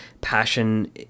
passion